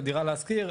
לדירה להשכיר,